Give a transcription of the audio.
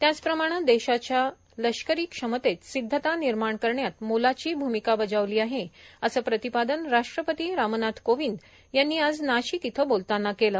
त्याचप्रमाणे देशाच्या लष्करी क्षमतेत सिद्धता निर्माण करण्यात मोलाची भूमिका बजावली आहे अस प्रतिपादन राष्ट्रपती रामनाथ कोविंद यांनी आज नाशिक इथं बोलताना केल